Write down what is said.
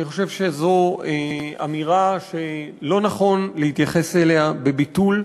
אני חושב שזו אמירה שלא נכון להתייחס אליה בביטול.